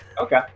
Okay